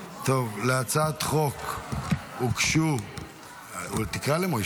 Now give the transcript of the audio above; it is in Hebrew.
להצעת החוק הוגשו, תקרא למשה